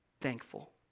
thankful